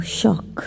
shock